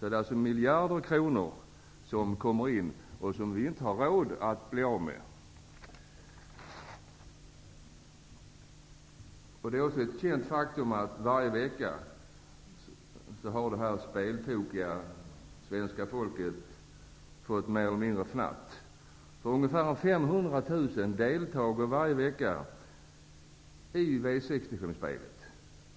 Det är alltså fråga om miljarder kronor som kommer in till staten och som vi inte har råd att vara utan. Det är också ett känt faktum att detta speltokiga svenska folk varje vecka får mer eller mindre fnatt. Ungefär 500 000 människor deltar varje vecka i V65-spel.